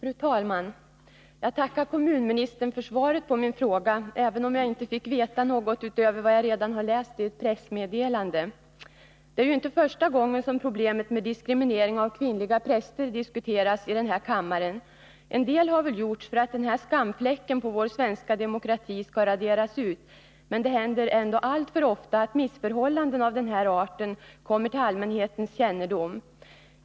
Fru talman! Jag tackar kommunministern för svaret på min fråga, även om jag inte fick veta något utöver vad jag redan har läst i ett pressmeddelande. Det är inte första gången som problemet med diskriminering av kvinnliga präster diskuteras i den här kammaren. En del har väl gjorts för att den här skamfläcken på vår svenska demokrati skall raderas ut, men det händer ändå alltför ofta att missförhållanden av den här arten kommer till allmänhetens kännedom.